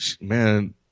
man